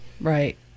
Right